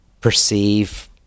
perceive